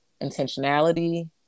intentionality